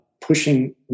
pushing